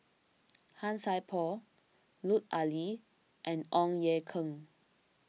Han Sai Por Lut Ali and Ong Ye Kung